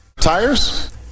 Tires